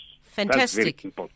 Fantastic